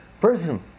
person